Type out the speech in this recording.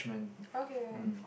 okay